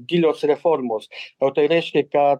gilios reformos o tai reiškia kad